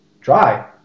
Try